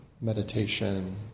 meditation